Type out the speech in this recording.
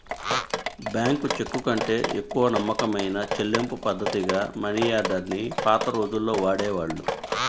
bank చెక్కుకంటే ఎక్కువ నమ్మకమైన చెల్లింపుపద్ధతిగా మనియార్డర్ ని పాత రోజుల్లో వాడేవాళ్ళు